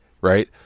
right